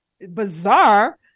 bizarre